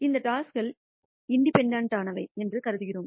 இந்த டாஸ்கள் இண்டிபெண்டெண்ட்டானவை என்றும் கருதுகிறோம்